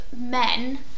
men